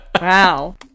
Wow